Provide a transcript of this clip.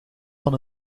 van